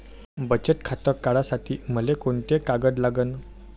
बचत खातं काढासाठी मले कोंते कागद लागन?